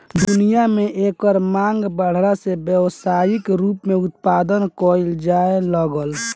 दुनिया में एकर मांग बाढ़ला से व्यावसायिक रूप से उत्पदान कईल जाए लागल